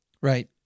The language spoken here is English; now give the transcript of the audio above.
Right